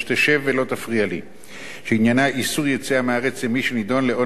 שעניינה איסור יציאה מהארץ למי שנידון לעונש מאסר בעבודת שירות.